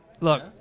Look